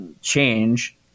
change